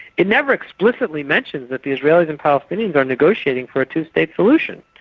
it never explicitly mentions that the israelis and palestinians are negotiating for a two-state solution.